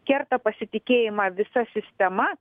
kerta pasitikėjimą visa sistema